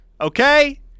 okay